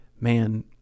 man